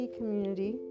community